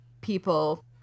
people